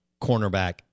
cornerback